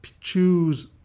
choose